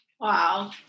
Wow